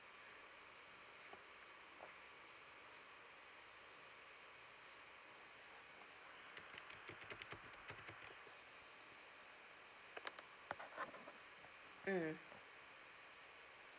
mm